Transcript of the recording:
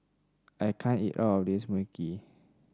I can't eat all of this Mui Kee